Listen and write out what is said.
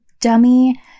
dummy